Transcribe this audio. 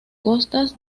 costas